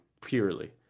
purely